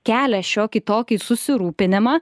kelia šiokį tokį susirūpinimą